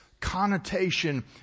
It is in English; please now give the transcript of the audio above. connotation